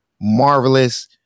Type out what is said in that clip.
marvelous